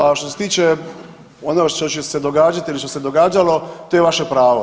A što se tiče ono što će se događati ili što se događalo, to je vaše pravo.